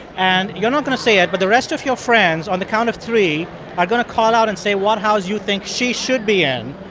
and you're not going to say it, but the rest of your friends on the count of three are going to call out and say what house you think she should be in,